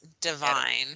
divine